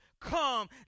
Come